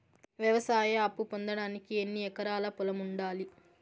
వ్యవసాయ అప్పు పొందడానికి ఎన్ని ఎకరాల పొలం ఉండాలి?